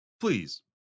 please